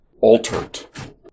altered